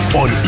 on